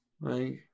Right